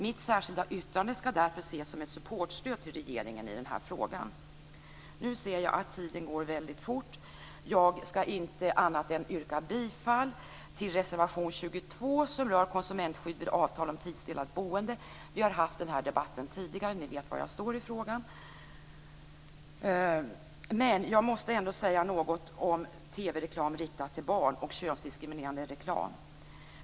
Mitt särskilda yttrande skall därför ses som support till regeringen i den här frågan. Jag vill yrka bifall till reservation nr 22, som rör konsumentskydd vid avtal om tidsdelat boende. Vi har fört den debatten tidigare, och ni vet var jag står i den frågan. Så vill jag säga något om TV-reklam riktad till barn och könsdiskriminerande reklam.